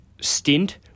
stint